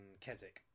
keswick